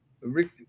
Rick